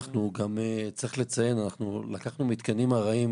גם צריך לציין שלקחנו מתקנים ארעיים,